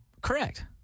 Correct